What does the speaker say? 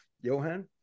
Johan